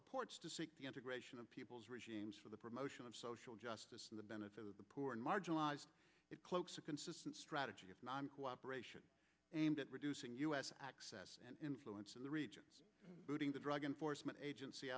purports to see the integration of peoples regimes for the promotion of social justice for the benefit of the poor and marginalized it cloaks a consistent strategy of non cooperation aimed at reducing u s access and influence in the region booting the drug enforcement agency